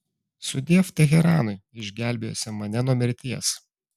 sudiev teheranui išgelbėjusiam mane nuo mirties